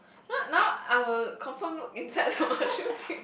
not now I will confirm look inside the mushroom thing